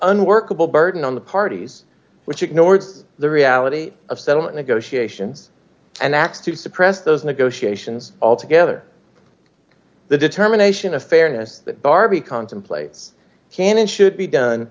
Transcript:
unworkable burden on the parties which ignores the reality of settlement negotiations and acts to suppress those negotiations altogether the determination of fairness that barbie contemplates can and should be done